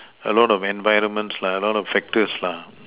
follow the environment lah a lot of factors lah